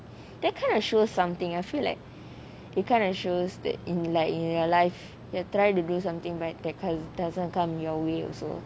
that kind of show something I feel like it kind of shows that in like in real life you try to do something but that doesn't come your way also